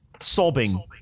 sobbing